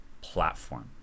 platform